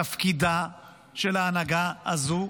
תפקידה של ההנהגה הזו,